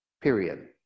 period